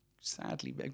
sadly